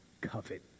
covet